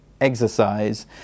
exercise